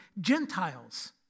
Gentiles